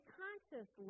conscious